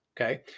Okay